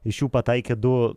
iš jų pataikė du